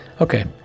okay